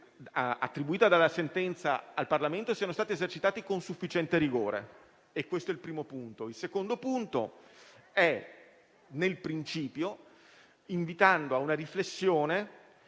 attribuita dalla sentenza al Parlamento siano stati esercitati con sufficiente rigore. Questo è il primo punto. In secondo luogo invitiamo a una riflessione